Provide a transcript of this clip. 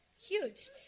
Huge